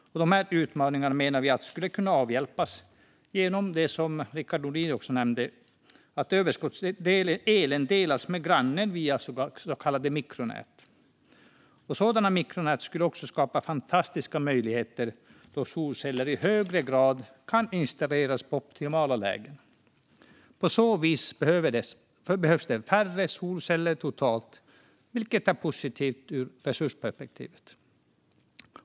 Dessa utmaningar skulle, menar vi, kunna avhjälpas genom att, som Rickard Nordin också nämnde, överskottselen delas med grannen via så kallade mikronät. Sådana mikronät skulle också skapa fantastiska möjligheter då solceller i högre grad kan installeras på optimala lägen. På så vis behövs det färre solceller totalt, vilket är positivt ur ett resursperspektiv.